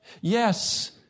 Yes